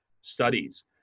studies